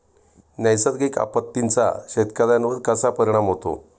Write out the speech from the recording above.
नैसर्गिक आपत्तींचा शेतकऱ्यांवर कसा परिणाम होतो?